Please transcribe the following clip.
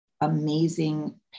amazing